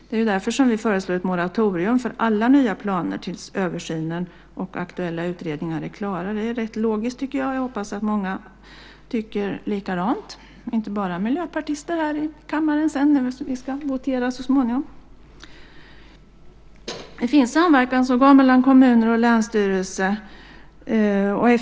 Det är därför vi föreslår ett moratorium för alla nya planer tills översynen och de aktuella utredningarna är klara. Jag tycker att det är rätt logiskt, och jag hoppas att många, inte bara miljöpartister, tycker likadant när vi ska votera här i kammaren småningom. Det finns samverkansorgan mellan kommuner och länsstyrelse.